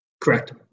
Correct